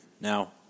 Now